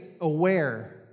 aware